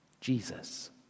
Jesus